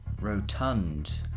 rotund